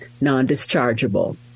non-dischargeable